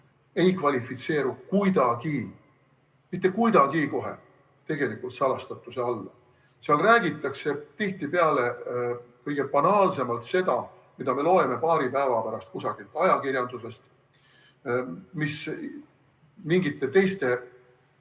ei kvalifitseeru kuidagi, kohe mitte kuidagi tegelikult salastatuse alla. Seal räägitakse tihtipeale kõige banaalsemalt seda, mida me loeme paari päeva pärast kusagilt ajakirjandusest, mis mingite teiste